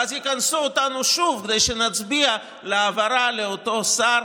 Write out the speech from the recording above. ואז יכנסו אותנו שוב כדי שנצביע להעברה לאותו שר.